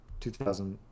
2000